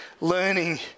learning